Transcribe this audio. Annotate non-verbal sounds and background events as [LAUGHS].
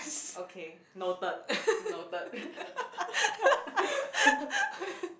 okay noted noted [LAUGHS]